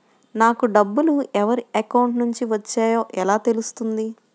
నాకు డబ్బులు ఎవరి అకౌంట్ నుండి వచ్చాయో ఎలా తెలుస్తుంది?